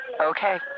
Okay